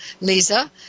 Lisa